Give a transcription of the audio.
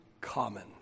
common